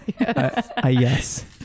Yes